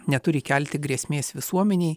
neturi kelti grėsmės visuomenei